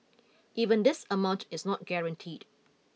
even this amount is not guaranteed